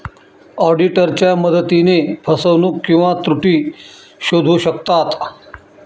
ऑडिटरच्या मदतीने फसवणूक किंवा त्रुटी शोधू शकतात